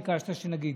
ביקשת שנגיד,